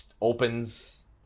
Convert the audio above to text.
opens